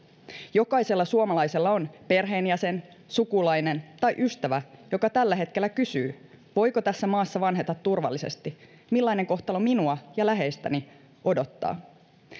jokaisella suomalaisella on perheenjäsen sukulainen tai ystävä joka tällä hetkellä kysyy voiko tässä maassa vanheta turvallisesti millainen kohtalo minua ja läheistäni odottaa